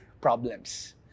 problems